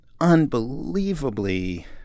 unbelievably